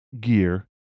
gear